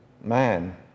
man